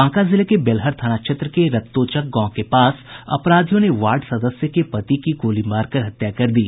बांका जिले के बेलहर थाना क्षेत्र में रत्तोचक गांव के पास अपराधियों ने वार्ड सदस्य के पति की गोली मारकर हत्या कर दी